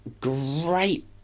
great